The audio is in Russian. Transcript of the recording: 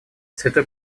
святой